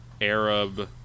arab